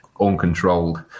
uncontrolled